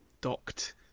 docked